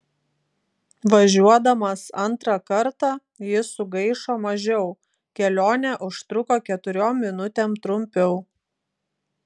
važiuodamas antrą kartą jis sugaišo mažiau kelionė užtruko keturiom minutėm trumpiau